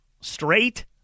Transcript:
straight